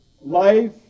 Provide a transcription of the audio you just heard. life